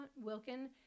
Wilkin